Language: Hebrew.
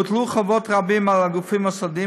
הוטלו חובות רבים על הגופים המוסדיים